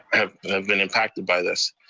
have been impacted by this.